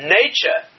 nature